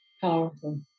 Powerful